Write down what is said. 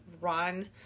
run